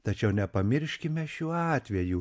tačiau nepamirškime šių atvejų